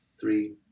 three